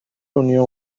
دنیا